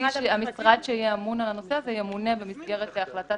-- והמשרד שיהיה אמון על הנושא הזה ימונה במסגרת החלטת